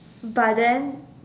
but then